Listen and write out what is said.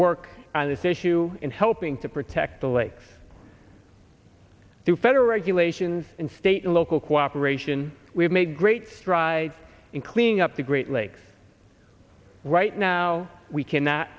work on this issue in helping to protect the lakes through federal regulations in state and local cooperation we have made great strides in cleaning up the great lakes right now we cannot